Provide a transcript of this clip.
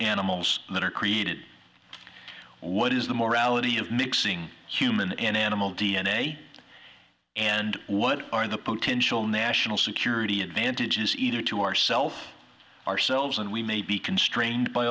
animals that are created what is the more ality of mixing human and animal d n a and what are the potential national security advantages either to ourselves ourselves and we may be constrained by